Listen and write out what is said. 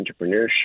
entrepreneurship